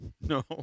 No